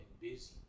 busy